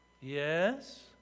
Yes